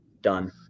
done